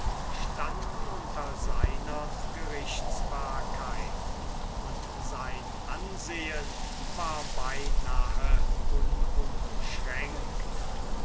standen unter seiner gerichtsbarkeit und sein ansehen war beinahe